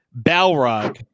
Balrog